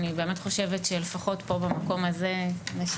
אני באמת חושבת שלפחות פה במקום הזה נשאיר